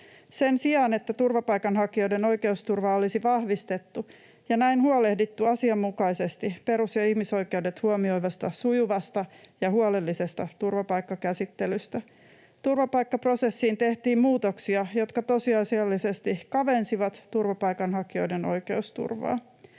Sen sijaan, että turvapaikanhakijoiden oikeusturvaa olisi vahvistettu ja näin huolehdittu asianmukaisesti perus- ja ihmisoikeudet huomioivasta, sujuvasta ja huolellisesta turvapaikkakäsittelystä, turvapaikkaprosessiin tehtiin muutoksia, jotka tosiasiallisesti kavensivat turvapaikanhakijoiden oikeusturvaa.